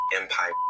empire